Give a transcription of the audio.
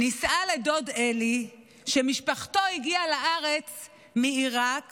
נישאה לדוד אלי, שמשפחתו הגיעה לארץ מעיראק